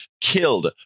killed